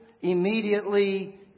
immediately